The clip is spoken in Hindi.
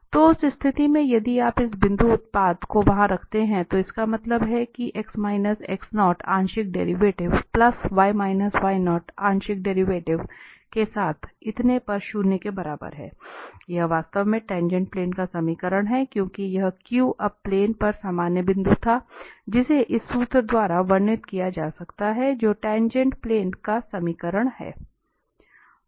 तो उस स्थिति में यदि आप इस बिंदु उत्पाद को वहां रखते हैं तो इसका मतलब है कि आंशिक डेरिवेटिव प्लस आंशिक डेरिवेटिव के साथ और इतने पर शून्य के बराबर है यह वास्तव में टाँगेँट प्लेन का समीकरण है क्योंकि यह Q अब प्लेन पर सामान्य बिंदु था जिसे इस सूत्र द्वारा वर्णित किया जा सकता है जो टाँगेँट प्लेन का समीकरण है